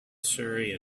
surrey